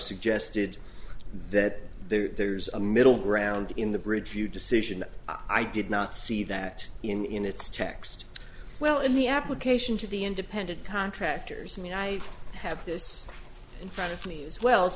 suggested that there's a middle ground in the bridge few decision i did not see that in its text well in the application to the independent contractors i mean i have this in front of me as well